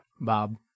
Bob